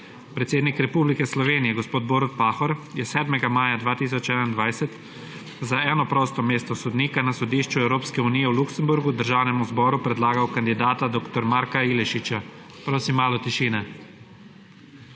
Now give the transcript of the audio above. Predsednik Republike Slovenije gospod Borut Pahor je 7. maja 2021 za eno prosto mesto sodnika na Sodišču Evropske unije v Luksemburgu Državnemu zboru predlagal kandidata dr. Marka Ilešiča. / nemir